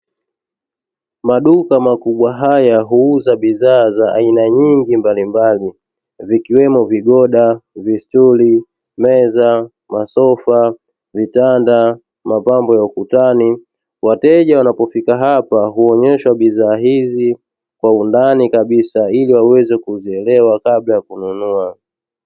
Maduka makubwa haya huuza bidhaa za aina nyingi mbalimbali zikiwemo vigoda, vistuli, meza, masofa ,vitanda, mapambo ya ukutani, wateja wanapofika hapa huonyeshwa bidhaa hizi kwa undani kabisa ili waweze kuzielewa kabla ya kununua.